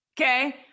Okay